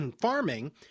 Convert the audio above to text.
farming